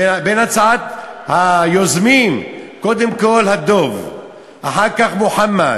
בין היוזמים, קודם כול הדב, אחר כך מוחמד,